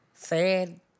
sad